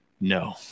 no